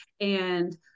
and-